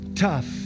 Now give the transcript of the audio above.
tough